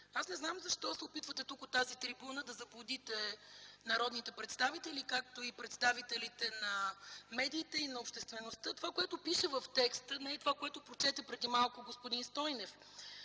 Аз не знам защо се опитвате тук, от тази трибуна, да заблудите народните представители, както и представителите на медиите и на обществеността. Това което пише в текста не е това, което прочете преди малко господин Стойнев.